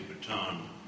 baton